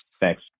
Thanks